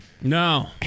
No